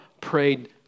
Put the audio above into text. prayed